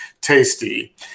tasty